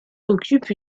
occupe